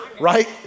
Right